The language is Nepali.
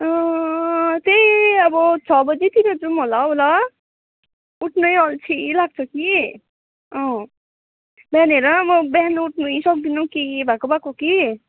त्यही अब छ बजेतिर जाउँ होला हो ल उठ्नै अल्छी लाग्छ कि अँ त्यहाँनिर म बिहान उठ्नै सक्दिनँ के भएको भएको कि